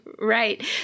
right